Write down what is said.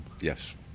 yes